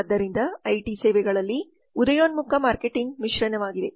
ಆದ್ದರಿಂದ ಟಿಐ ಸೇವೆಗಳಲ್ಲಿ ಉದಯೋನ್ಮುಖ ಮಾರ್ಕೆಟಿಂಗ್ ಮಿಶ್ರಣವಾಗಿದೆ